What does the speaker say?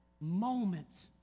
moments